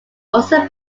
also